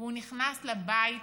והוא נכנס לבית